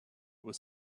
was